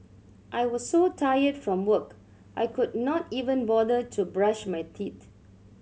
I was so tired from work I could not even bother to brush my teeth